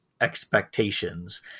expectations